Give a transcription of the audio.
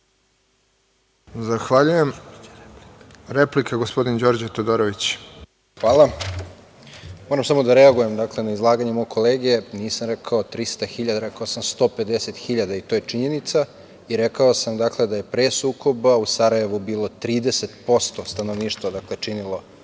pravo na repliku. Izvolite. **Đorđe Todorović** Hvala. Moram samo da reagujem na izlaganje mog kolege. Nisam rekao 300.000. Rekao sam 150.000, i to je činjenica. Rekao sam da je pre sukoba u Sarajevu bilo 30% stanovništva srpske